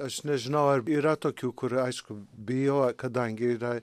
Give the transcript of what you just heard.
aš nežinau ar yra tokių kur aišku bijo kadangi yra